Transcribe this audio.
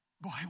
boy